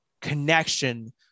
connection